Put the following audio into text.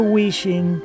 wishing